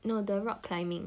no the rock climbing